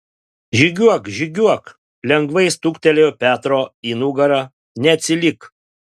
žygiuok žygiuok lengvai stuktelėjo petro į nugarą neatsilik